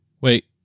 Wait